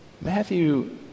Matthew